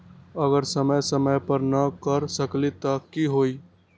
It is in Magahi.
अगर समय समय पर न कर सकील त कि हुई?